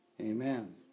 amen